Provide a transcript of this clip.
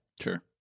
sure